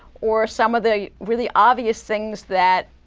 or some of the really obvious things that,